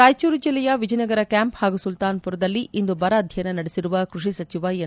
ರಾಯಚೂರು ಜೆಲ್ಲೆಯ ವಿಜಯನಗರ ಕ್ಯಾಂಪ್ ಹಾಗು ಸುಲ್ತಾನಪುರದಲ್ಲಿ ಇಂದು ಬರ ಅಧ್ಯಯನ ನಡೆಸಿರುವ ಕೃಷಿ ಸಚಿವ ಎನ್